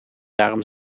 daarom